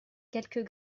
quelques